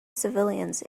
civilians